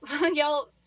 y'all